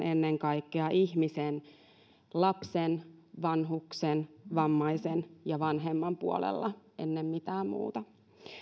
ennen kaikkea ihmisen lapsen vanhuksen vammaisen ja vanhemman puolella ennen mitään muuta